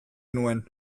nuen